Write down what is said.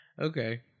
Okay